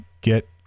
get